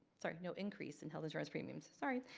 sorry, no increase in health insurance premiums sorry.